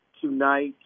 Tonight